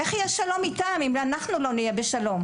איך יהיה שלום איתם אם אנחנו לא נהיה בשלום?